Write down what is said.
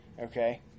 okay